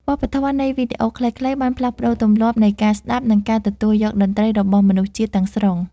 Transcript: វប្បធម៌នៃវីដេអូខ្លីៗបានផ្លាស់ប្តូរទម្លាប់នៃការស្ដាប់ និងការទទួលយកតន្ត្រីរបស់មនុស្សជាតិទាំងស្រុង។